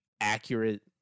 accurate